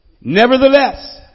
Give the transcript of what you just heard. Nevertheless